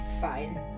fine